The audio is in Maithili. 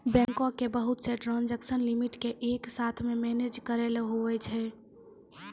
बैंको के बहुत से ट्रांजेक्सन लिमिट के एक साथ मे मैनेज करैलै हुवै छै